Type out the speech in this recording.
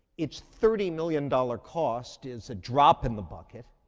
its thirty million dollars cost is a drop in the bucket,